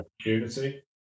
opportunity